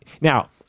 now